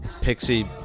pixie